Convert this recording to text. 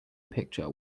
picture